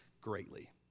greatly